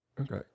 Okay